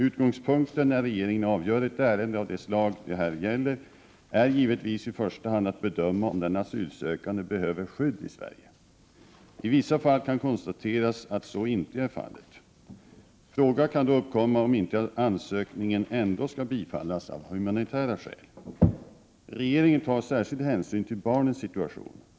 Utgångspunkten när regeringen avgör ett ärende av det slag det här gäller är givetvis i första hand att bedöma om den asylsökande behöver skydd i Sverige. I vissa fall kan konstateras att så inte är fallet. Fråga kan då uppkomma om inte ansökningen ändå skall bifallas av humanitära skäl. Regeringen tar särskild hänsyn till barnens situation.